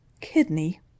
kidney